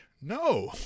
no